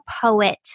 poet